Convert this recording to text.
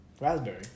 Raspberry